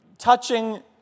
touching